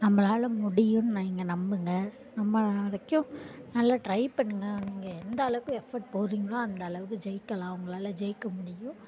நம்மளால முடியும் நீங்கள் நம்புங்கள் நம்ம நல்லா ட்ரை பண்ணுங்க நீங்கள் எந்த அளவுக்கு எஃபர்ட் போடறிங்களோ அந்த அளவுக்கு ஜெயிக்கலாம் உங்களால் ஜெயிக்க முடியும்